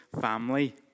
family